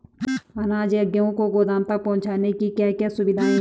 अनाज या गेहूँ को गोदाम तक पहुंचाने की क्या क्या सुविधा है?